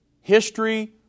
history